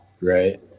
right